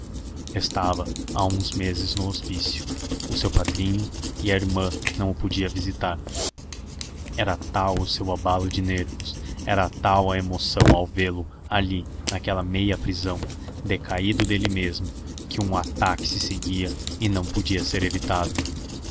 estava há uns meses no hospício o seu padrinho e a irmã não o podia visitar era tal o seu abalo de nervos era tal a emoção ao vê-lo ali naquela meia prisão decaído dele mesmo que um ataque se seguia e não podia ser evitado